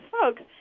folks